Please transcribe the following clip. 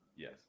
Yes